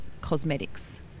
cosmetics